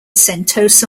sentosa